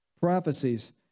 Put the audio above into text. Prophecies